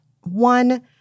One